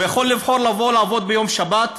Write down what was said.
הוא יכול לבחור לבוא לעבוד ביום שבת,